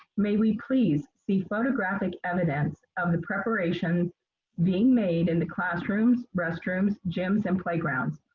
may we please see photographic evidence of the preparation being made in the classrooms, restrooms, gyms, and playgrounds?